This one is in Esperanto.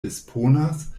disponas